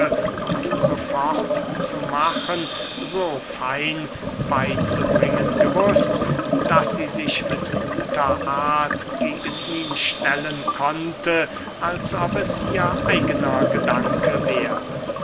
s f zu machen so fein beyzubringen gewußt daß sie sich mit guter art gegen ihn stellen konnte als ob es ihr eigener gedanke wäre